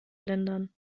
lindern